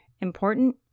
important